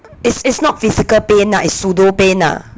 is is not physical pain ah it's pseudo pain ah